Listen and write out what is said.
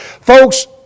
folks